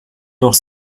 noch